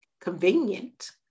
convenient